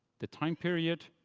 the time period.